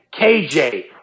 KJ